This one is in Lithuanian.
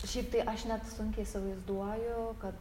šiaip tai aš net sunkiai įsivaizduoju kad